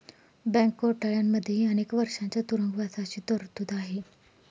bank घोटाळ्यांमध्येही अनेक वर्षांच्या तुरुंगवासाची तरतूद आहे